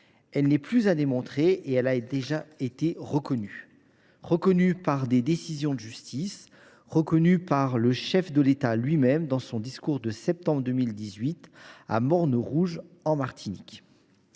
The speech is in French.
Elle n’est plus à démontrer et a déjà été reconnue par des décisions de justice, ainsi que par le chef de l’État lui même dans son discours de septembre 2018, à Morne Rouge, en Martinique.